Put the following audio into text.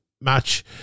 match